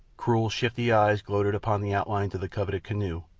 cruel, shifty eyes gloated upon the outlines of the coveted canoe,